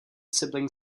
sibling